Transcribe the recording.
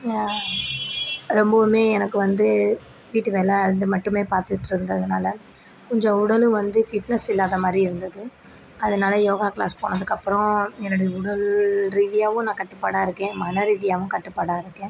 ரொம்பவுமே எனக்கு வந்து வீட்டு வேலை அது மட்டுமே பார்த்துட்டுருந்ததுனால கொஞ்சம் உடலும் வந்து ஃபிட்னஸ் இல்லாத மாதிரி இருந்தது அதனால் யோகா க்ளாஸ் போனதுக்கப்புறம் என்னுடைய உடல் ரீதியாகவும் நான் கட்டுப்பாடாக இருக்கேன் மன ரீதியாகவும் கட்டுப்பாடாக இருக்கேன்